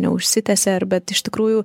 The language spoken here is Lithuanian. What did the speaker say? neužsitęsė ar bet iš tikrųjų